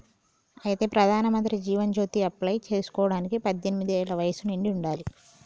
అయితే ప్రధానమంత్రి జీవన్ జ్యోతి అప్లై చేసుకోవడానికి పద్దెనిమిది ఏళ్ల వయసు నిండి ఉండాలి